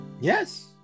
Yes